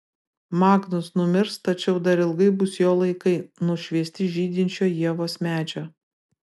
magnus numirs tačiau dar ilgai bus jo laikai nušviesti žydinčio ievos medžio